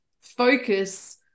focus